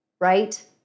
Right